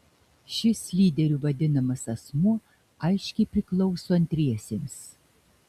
šis lyderiu vadinamas asmuo aiškiai priklauso antriesiems